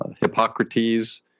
Hippocrates